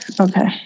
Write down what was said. okay